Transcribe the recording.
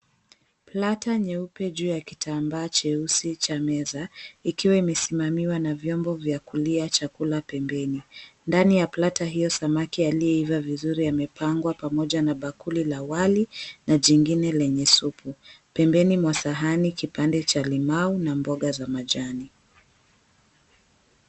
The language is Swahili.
Plata nyeupe juu ya kitambaa cheusi cha meza, ikiwa imesimamiwa na viombo vya kulia chakula pembeni. Ndani ya plata hio, samaki aliyeiva vizuri amepangwa pamoja na bakuli la wali na jingine lenye supu. Pembeni mwa sahani, kipande cha limau na mboga za majani.